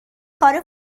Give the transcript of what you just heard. کار